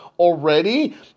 already